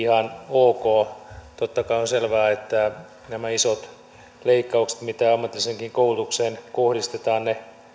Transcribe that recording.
ok totta kai on selvää että nämä isot leikkaukset mitä ammatilliseenkin koulutukseen kohdistetaan